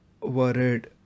worried